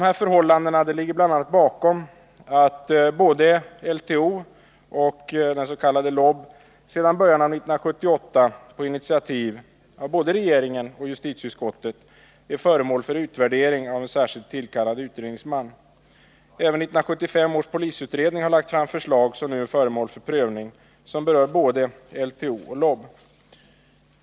a. dessa förhållanden ligger bakom att LTO och LOB sedan början av 1978 på initiativ av både regeringen och justitieutskottet är föremål för utvärdering av en särskilt tillkallad utredningsman. Även 1975 års polisutredning har lagt fram förslag, som nu är föremål för prövning och som berör både LTO och LOB.